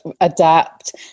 adapt